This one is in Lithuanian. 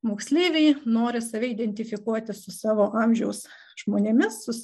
moksleiviai nori save identifikuoti su savo amžiaus žmonėmis su